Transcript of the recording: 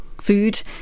food